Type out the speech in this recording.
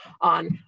on